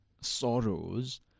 sorrows